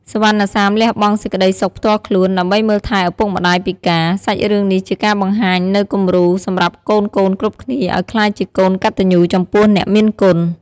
សុវណ្ណសាមលះបង់សេចក្ដីសុខផ្ទាល់ខ្លួន ដើម្បីមើលថែឪពុកម្ដាយពិការ សាច់រឿងនេះជាការបង្ហាញនូវគំរូសម្រាប់កូនៗគ្រប់គ្នាអោយក្លាយជាកូនកតញ្ញូចំពោះអ្នកមានគុណ។